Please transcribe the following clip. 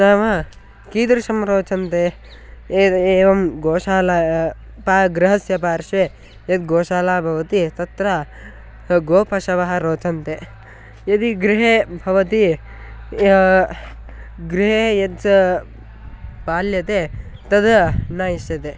नाम कीदृशाः रोचन्ते एवं गोशाला पालनं गृहस्य पार्श्वे या गोशाला भवति तत्र गोपशवः रोचन्ते यदि गृहे भवति या गृहे वत्सः पाल्यते तद् न इष्यते